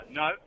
no